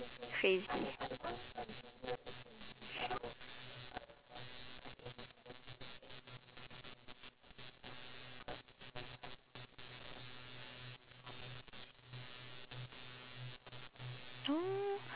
crazy